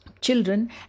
children